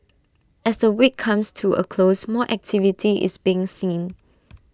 as the week comes to A close more activity is being seen